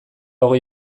hogei